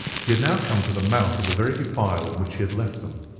he had now come to the mouth of the very defile in which he had left them.